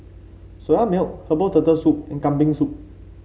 Soya Milk Herbal Turtle Soup and Kambing Soup